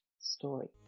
story